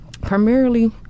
primarily